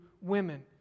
women